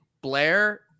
Blair